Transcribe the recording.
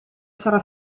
sarà